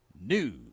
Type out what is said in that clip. News